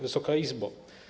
Wysoka Izbo!